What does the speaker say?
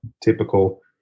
typical